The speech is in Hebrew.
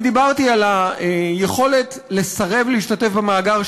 דיברתי על היכולת לסרב להשתתף במאגר,